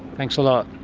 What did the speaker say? thanks a lot.